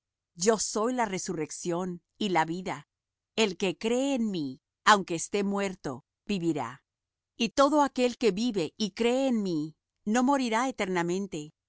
yo soy la resurrección y la vida el que cree en mí aunque esté muerto vivirá y todo aquel que vive y cree en mí no morirá eternamente